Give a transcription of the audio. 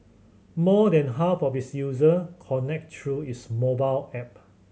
more than half of its user connect through its mobile app